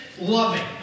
loving